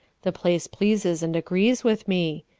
the place pleases and agrees with me.